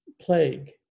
plague